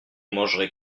mangerez